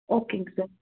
ஓகேங்க சார்